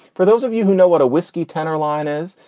for those of you who know what a whiskey tenor line is,